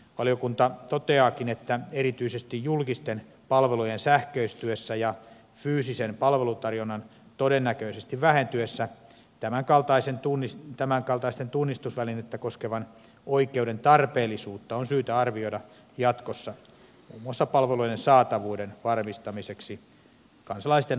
valiokunta toteaakin että erityisesti julkisten palvelujen sähköistyessä ja fyysisen palvelutarjonnan todennäköisesti vähentyessä tämänkaltaisen tunnistusvälinettä koskevan oikeuden tarpeellisuutta on syytä arvioida jatkossa muun muassa palveluiden saatavuuden varmistamiseksi kansalaisten asuinpaikasta riippumatta